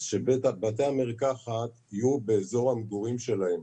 אז שבתי המרקחת יהיו באזור המגורים שלהם,